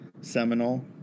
seminal